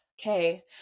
okay